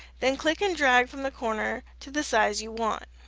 then click and drag from the corner to the size you want.